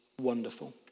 wonderful